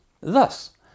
Thus